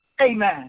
amen